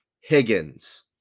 Higgins